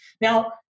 now